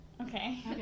Okay